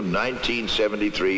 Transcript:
1973